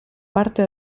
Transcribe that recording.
parte